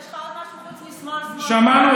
יש לך עוד משהו חוץ מ"שמאל", "שמאל", "שמאל"?